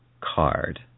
card